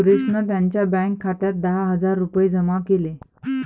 सुरेशने त्यांच्या बँक खात्यात दहा हजार रुपये जमा केले